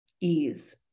ease